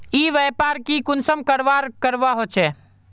ई व्यापार की कुंसम करवार करवा होचे?